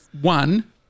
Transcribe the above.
one